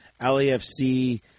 LAFC